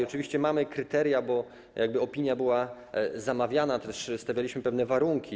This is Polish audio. Oczywiście mamy kryteria, bo opinia była zamawiana, stawialiśmy pewne warunki.